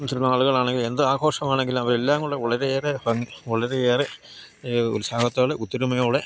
ചില ആളുകളാണെങ്കിലും എന്ത് ആഘോഷമാണെങ്കിലും അവരെല്ലാംകൂടെ വളരെയേറെ ഭംഗി വളരെയേറെ ഉത്സാഹത്തോടെ ഒത്തൊരുമയോടെ